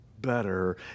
better